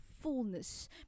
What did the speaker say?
fullness